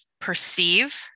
perceive